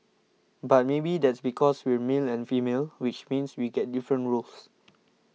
but maybe that's because we're male and female which means we get different roles